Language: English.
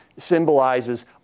symbolizes